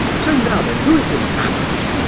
so, now then, who is this abbot?